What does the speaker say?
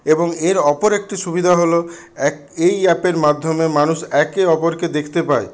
এবং এর অপর একটি সুবিধা হল এক এই অ্যাপের মাধ্যমে মানুষ একে অপরকে দেখতে পায়